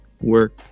work